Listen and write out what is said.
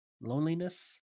loneliness